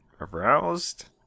aroused